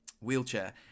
wheelchair